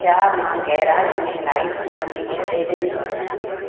छा मां गैराज में लाइट बरंदी छॾे ॾिनी